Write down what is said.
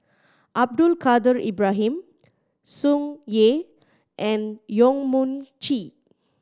Abdul Kadir Ibrahim Tsung Yeh and Yong Mun Chee